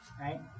right